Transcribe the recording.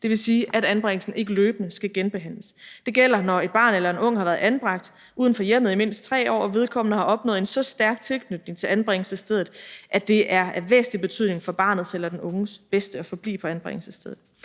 Det vil sige, at anbringelsen ikke løbende skal genbehandles. Det gælder, når et barn eller en ung har været anbragt uden for hjemmet i mindst 3 år og vedkommende har opnået en så stærk tilknytning til anbringelsesstedet, at det er af væsentlig betydning for barnets eller den unges bedste at forblive på anbringelsesstedet.